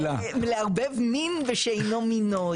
זה לערבב מין ושאינו מינו.